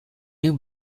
new